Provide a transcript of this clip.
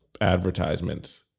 advertisements